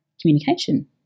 communication